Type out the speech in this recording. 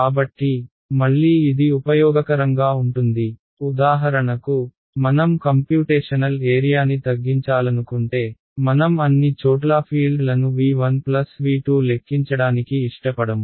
కాబట్టి మళ్లీ ఇది ఉపయోగకరంగా ఉంటుంది ఉదాహరణకు మనం కంప్యూటేషనల్ ఏరియాని తగ్గించాలనుకుంటే మనం అన్ని చోట్లా ఫీల్డ్లను V1 V2 లెక్కించడానికి ఇష్టపడము